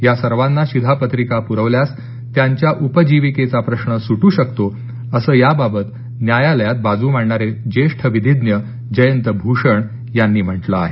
या सर्वांना शिधापत्रिका पुरवल्यास त्यांचं उपजीविकेचा प्रश्न सुट्र शकतो असं याबाबत न्यायालयात बाजू मांडणारे ज्येष्ठ विधिज्ञ जयंत भूषण यांनी म्हटलं आहे